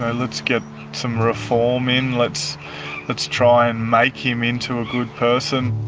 and let's get some reform in, let's let's try and make him into a good person.